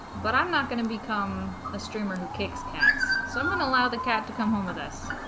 but i'm not going to become a streamer who kicks cats so i'm going to allow the cat to come home with us